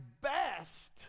best